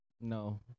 No